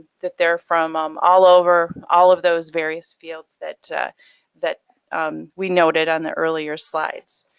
that they're from all over, all of those various fields that that we noted on the earlier slides.